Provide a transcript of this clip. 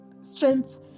strength